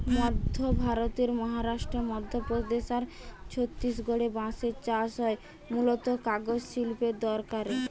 মধ্য ভারতের মহারাষ্ট্র, মধ্যপ্রদেশ আর ছত্তিশগড়ে বাঁশের চাষ হয় মূলতঃ কাগজ শিল্পের দরকারে